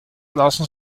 lassen